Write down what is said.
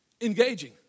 engaging